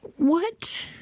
what,